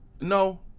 No